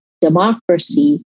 democracy